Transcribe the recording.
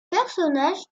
personnages